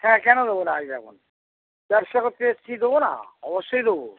হ্যাঁ কেন দেবো না এই দেখুন ব্যবসা করতে এসেছি দেবো না অবশ্যই দেবো